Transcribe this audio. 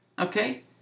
Okay